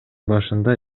башында